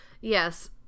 Yes